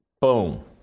Boom